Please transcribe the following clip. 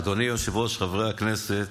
אדוני היושב-ראש, חברי הכנסת,